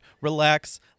relax